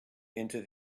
into